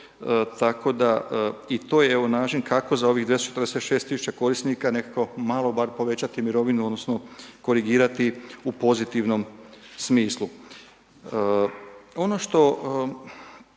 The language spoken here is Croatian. tako da i to je evo način kako za ovih 246 000 korisnika nekako malo bar povećati mirovinu odnosno korigirati u pozitivnom smislu. Ono što